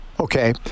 okay